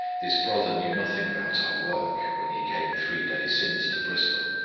this brother knew nothing about our work, when he came three days since to bristol.